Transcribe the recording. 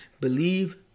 Believe